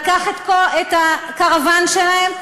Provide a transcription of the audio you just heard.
לקח את הקרוון שלהם,